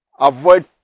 avoid